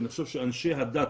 אני חושב שאנשי הדת,